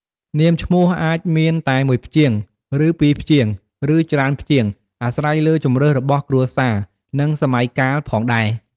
នាមឈ្មោះអាចមានតែមួយព្យាង្គ ពីរព្យាង្គ ឬ ច្រើនព្យាង្គ អាស្រ័យលើជម្រើសរបស់គ្រួសារ និងសម័យកាលផងដែរ។